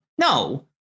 no